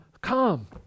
come